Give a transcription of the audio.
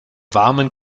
warmen